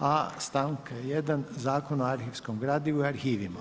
a stavka 1. Zakona o arhivskom gradivu i arhivima.